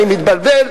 אני מתבלבל,